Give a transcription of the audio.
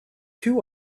two